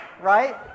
right